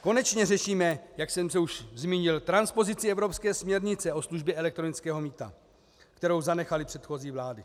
Konečně řešíme, jak jsem se už zmínil, transpozici evropské směrnice o službě elektronického mýta, kterou zanechaly předchozí vlády.